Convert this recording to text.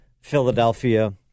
Philadelphia